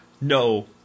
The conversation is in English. no